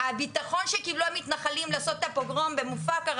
הביטחון שקיבלו המתנחלים לעשות את הפוגרום במופקרה